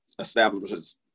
establishments